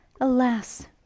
Alas